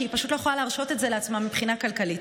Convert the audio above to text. כי היא פשוט לא יכולה להרשות את זה לעצמה מבחינה כלכלית.